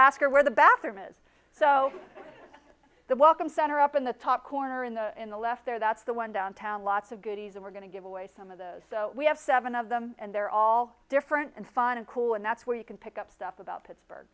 ask her where the bathroom is so the welcome center up in the top corner in the in the left there that's the one downtown lots of goodies and we're going to give away some of those we have seven of them and they're all different and fun and cool and that's where you can pick up stuff about pittsburgh